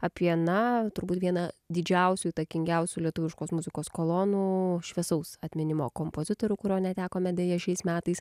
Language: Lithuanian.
apie na turbūt vieną didžiausių įtakingiausių lietuviškos muzikos kolonų šviesaus atminimo kompozitorių kurio netekome deja šiais metais